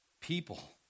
people